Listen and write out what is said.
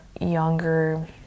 younger